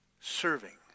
Serving